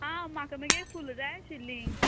आं म्हाका मगे फुलां जाय आशिल्लीं